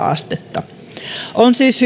astetta on siis